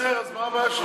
אז מה הבעיה שלך?